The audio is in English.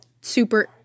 super